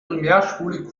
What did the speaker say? primärspule